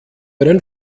einen